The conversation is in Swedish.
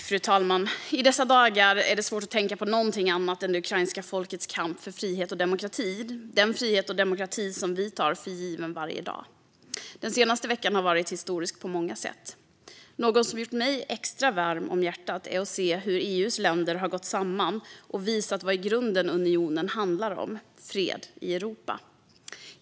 Fru talman! I dessa dagar är det svårt att tänka på något annat än det ukrainska folkets kamp för frihet och demokrati. Det är den frihet och demokrati som vi tar för given varje dag. Den senaste veckan har varit historisk på många sätt. Något som har gjort mig extra varm om hjärtat är att se hur EU:s länder har gått samman och visat vad i grunden unionen handlar om, nämligen fred i Europa.